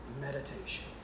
meditation